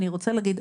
אני רוצה להגיד,